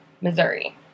Missouri